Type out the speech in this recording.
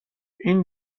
این